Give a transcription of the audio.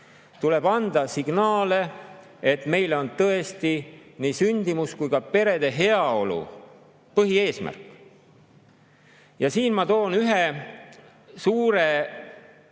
Tuleb anda signaale, et meile on tõesti nii sündimus kui ka perede heaolu põhieesmärk. Siin ma toon ühe suure, võib